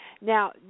Now